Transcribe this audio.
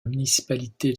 municipalité